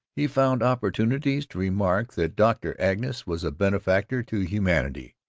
he found opportunities to remark that dr. angus was a benefactor to humanity,